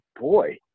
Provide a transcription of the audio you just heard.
boy